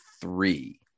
three